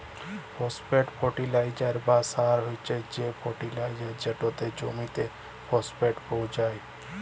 phosphate fertiliser বা সার হছে সে ফার্টিলাইজার যেটতে জমিতে ফসফেট পোঁছায়